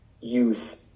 youth